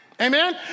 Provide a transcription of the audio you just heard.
Amen